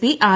P R